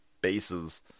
bases